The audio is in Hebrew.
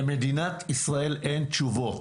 למדינת ישראל אין תשובות.